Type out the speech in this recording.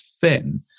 thin